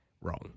Wrong